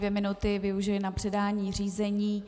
Dvě minuty využiji na předání řízení.